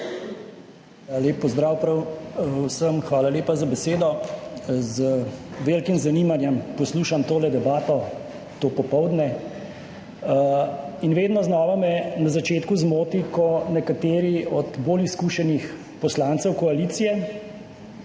Lep pozdrav prav vsem. Hvala lepa za besedo. Z velikim zanimanjem poslušam tole debato to popoldne in vedno znova me na začetku zmoti, ko nekateri od bolj izkušenih poslancev koalicije,